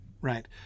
right